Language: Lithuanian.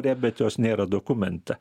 ne bet jos nėra dokumente